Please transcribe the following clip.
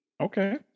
okay